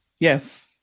Yes